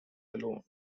alone